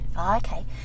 okay